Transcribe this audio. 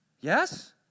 Yes